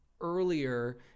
earlier